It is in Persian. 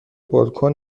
بالکن